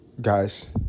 guys